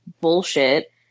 bullshit